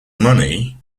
money